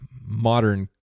modern